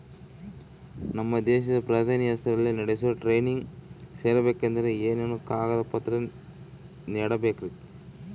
ನಮ್ಮ ದೇಶದ ಪ್ರಧಾನಿ ಹೆಸರಲ್ಲಿ ನಡೆಸೋ ಟ್ರೈನಿಂಗ್ ಸೇರಬೇಕಂದರೆ ಏನೇನು ಕಾಗದ ಪತ್ರ ನೇಡಬೇಕ್ರಿ?